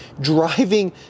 driving